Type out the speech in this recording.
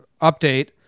Update